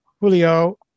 Julio